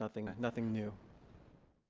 nothing. nothing new